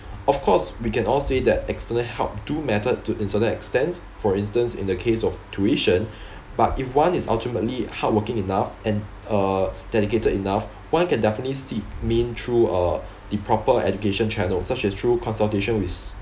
of course we can all say that external help do matter to in certain extents for instance in the case of tuition but if one is ultimately hardworking enough and uh dedicated enough one can definitely seek mean through uh the proper education channels such as through consultation with